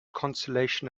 consolation